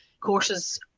courses